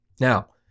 Now